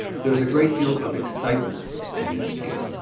there's a great deal of excitement in this field.